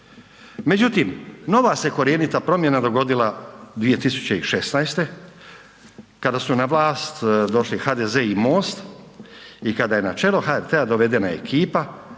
Međutim, nova se korjenita promjena dogodila 2016. kada su na vlast došli HDZ i MOST i da je na čelo HRT-a dovedena ekipa